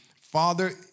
Father